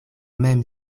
mem